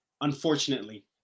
unfortunately